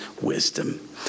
wisdom